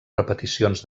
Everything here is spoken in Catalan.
repeticions